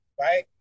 right